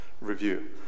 review